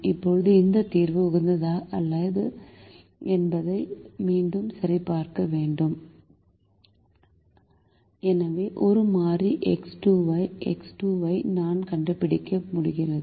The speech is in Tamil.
இப்போது இந்த தீர்வு உகந்ததா அல்லது என்பதை மீண்டும் சரிபார்க்க வேண்டும் சிறந்த தீர்வு